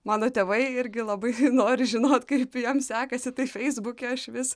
mano tėvai irgi labai nori žinot kaip jam sekasi tai feisbuke aš vis